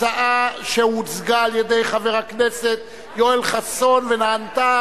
הצעה שהוצגה על-ידי חבר הכנסת יואל חסון ונענתה